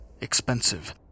Expensive